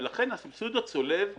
ולכן לסבסוד הצולב יש,